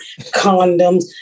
condoms